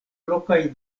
lokaj